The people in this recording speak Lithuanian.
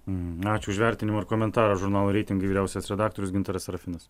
ačiū už vertinimą ir komentarą žurnalo reitingai vyriausias redaktorius gintaras serafinas